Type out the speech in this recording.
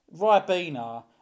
Ribena